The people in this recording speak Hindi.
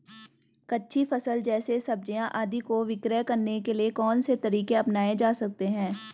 कच्ची फसल जैसे सब्जियाँ आदि को विक्रय करने के लिये कौन से तरीके अपनायें जा सकते हैं?